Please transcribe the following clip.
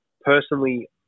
Personally